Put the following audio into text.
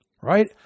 right